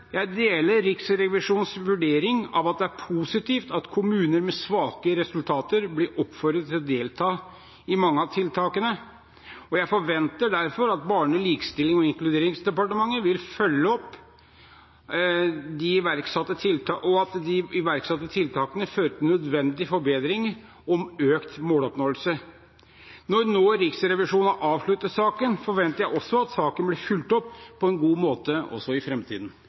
Jeg deler Riksrevisjonens vurdering, at det er positivt at kommuner med svake resultater blir oppfordret til å delta i mange av tiltakene. Jeg forventer derfor at Barne-, likestillings- og inkluderingsdepartementet vil følge opp at de iverksatte tiltakene fører til nødvendige forbedringer og økt måloppnåelse. Når Riksrevisjonen nå har avsluttet saken, forventer jeg også at saken blir fulgt opp på en god måte også i